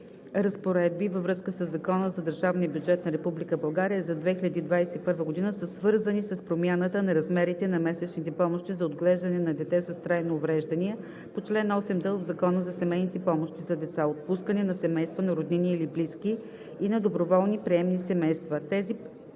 разпоредби във връзка със Закона за държавния бюджет на Република България за 2021 г. са свързани с промяната на размерите на месечните помощи за отглеждане на дете с трайно увреждане по чл. 8д от Закона за семейни помощи за деца, отпускани на семействата на роднини или близки и на доброволните приемни семейства.